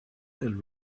and